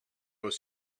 right